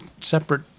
separate